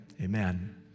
Amen